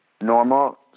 Normal